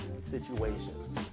situations